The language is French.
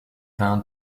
vins